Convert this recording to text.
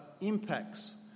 impacts